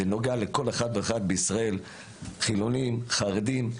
זה נוגע לכל אחד ואחד בישראל, חילונים, חרדים.